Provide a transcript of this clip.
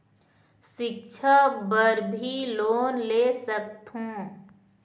सिक्छा बर भी लोन ले सकथों?